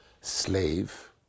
slave